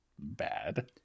bad